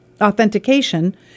authentication